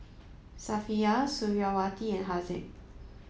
Safiya Suriawati and Haziq